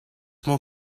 more